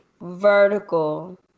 vertical